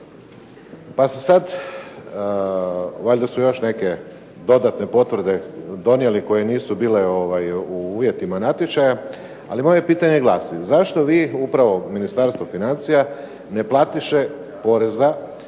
Pa se sad, valjda su još neke dodatne potvrde donijeli koje nisu bile u uvjetima natječaja, ali moje pitanje glasi. Zašto vi, upravo Ministarstvo financija, neplatiše poreza